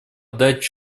дать